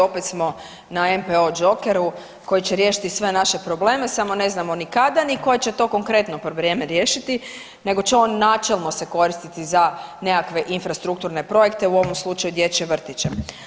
Opet smo na NPOO džokeru koji će riješiti sve naše problem samo ne znamo ni kada ni koje će to konkretno vrijeme riješiti nego će on načelno se koristiti za nekakve infrastrukturne projekte u ovom slučaju dječje vrtiće.